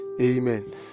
Amen